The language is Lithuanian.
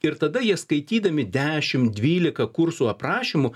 ir tada jie skaitydami dešim dvylika kursų aprašymų